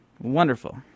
wonderful